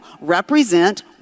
represent